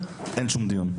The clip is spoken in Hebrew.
שלא מתקיים שם שום דיון.